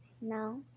now